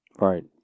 Right